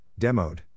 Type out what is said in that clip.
demoed